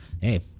hey-